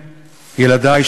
ילדי,